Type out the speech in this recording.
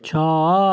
ଛଅ